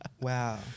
Wow